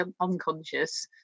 unconscious